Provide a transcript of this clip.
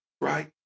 right